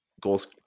Goals